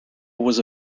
was